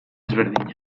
ezberdina